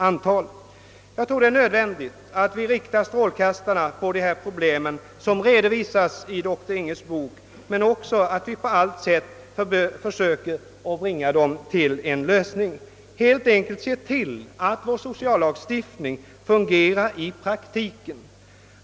Jag tror att det är nödvändigt att rikta strålkastarna på de problem, som redovisas i dr Inghes bok, men också att vi på allt sätt försöker att bringa dem till en lösning. Vi måste helt enkelt se till att vår social lagstiftning också fungerar i praktiken.